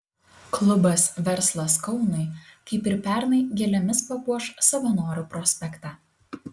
klubas verslas kaunui kaip ir pernai gėlėmis papuoš savanorių prospektą